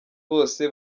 bose